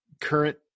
current